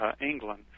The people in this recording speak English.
England